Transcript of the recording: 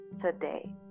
today